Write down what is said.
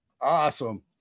Awesome